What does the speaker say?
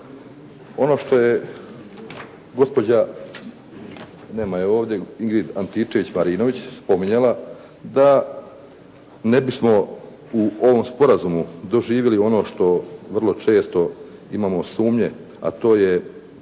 nema je ovdje, Ingrid Antičević-Marinović spominjala da ne bismo u ovom sporazumu doživjeli ono što vrlo često imamo sumnje, a to je